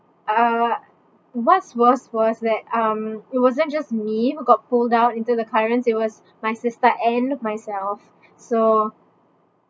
uh what worse was that um it wasn't just me who got pulled out into the current it was my sister and myself so